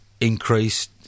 increased